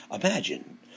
Imagine